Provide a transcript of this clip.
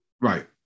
Right